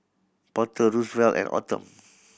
Porter Rosevelt and Autumn